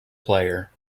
player